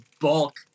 bulk